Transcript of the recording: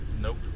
nope